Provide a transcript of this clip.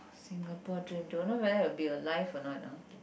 Singapore dream don't know whether will be alive or not ah